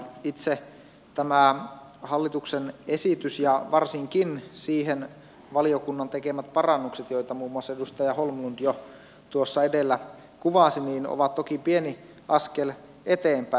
itse tämä hallituksen esitys ja varsinkin valiokunnan siihen tekemät parannukset joita muun muassa edustaja holmlund jo edellä kuvasi ovat toki pieni askel eteenpäin